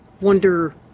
Wonder